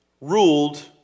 ruled